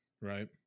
Right